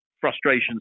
frustrations